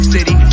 City